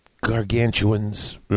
gargantuan's